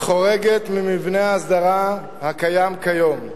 חורגת ממבנה ההסדרה הקיים היום.